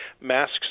masks